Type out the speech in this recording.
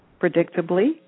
predictably